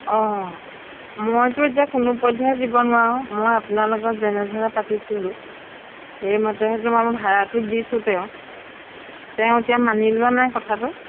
অঁ মইতো এতিয়া কোনোপধ্যে দিব নোৱাৰোঁ মই আপোনাৰ লগত যেনেদৰে পাতিছিলোঁ সেই মতেহেতো মই ভাড়াটো দিছোঁ তেওঁক তেওঁ এতিয়া মানি লোৱা নাই কথাটো